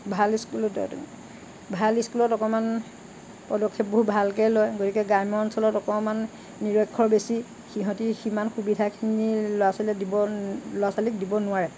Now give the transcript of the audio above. ভাল স্কুলত ভাল স্কুলত অকণমান পদক্ষেপবোৰ ভালকৈ লয় গতিকে গ্ৰাম্য অঞ্চলত অকণমান নিৰক্ষৰ বেছি সিহঁতি সিমান সুবিধাখিনি ল'ৰা ছোৱালীক দিব ল'ৰা ছোৱালীক দিব নোৱাৰে